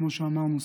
כמו שאמרנו,